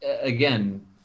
again